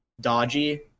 dodgy